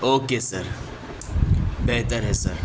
okay sir بہتر ہے سر